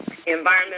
environmental